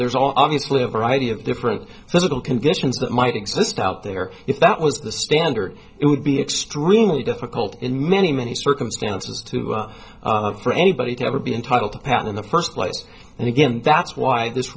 there's all obviously a variety of different physical conditions that might exist out there if that was the standard it would be extremely difficult in many many circumstances to for anybody to ever be entitled to pat in the first place and again that's why this